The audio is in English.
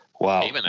Wow